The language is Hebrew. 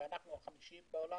ואנחנו החמישים בעולם.